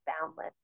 boundless